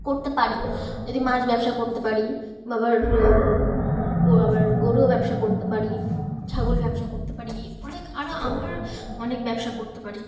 করতে পারি যদি মাছ ব্যবসা করতে পারি আবার আবার গরুও ব্যবসা করতে পারি ছাগল ব্যবসা করতে পারি অনেক আর আমার অনেক ব্যবসা করতে পারি